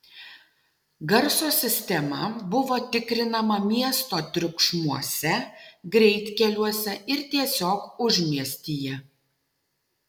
garso sistema buvo tikrinama miesto triukšmuose greitkeliuose ir tiesiog užmiestyje